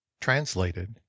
translated